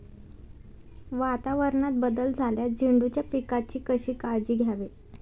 वातावरणात बदल झाल्यास झेंडूच्या पिकाची कशी काळजी घ्यावी?